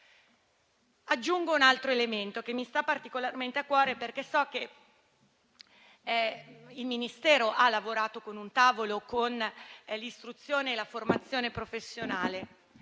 Aggiungo un altro elemento che mi sta particolarmente a cuore, perché so che il Ministero ha lavorato a un tavolo per l'istruzione e la formazione professionale,